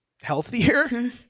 healthier